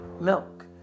milk